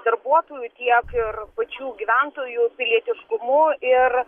darbuotojų tiek ir pačių gyventojų pilietiškumu ir